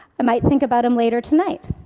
i might think about him later tonight.